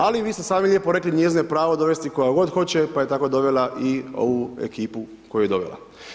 Ali vi ste sami lijepo rekli njezino je pravo dovesti koga god hoće, pa je tako dovela i ovu ekipu koju je dovela.